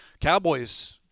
Cowboys